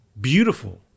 beautiful